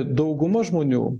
dauguma žmonių